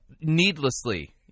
needlessly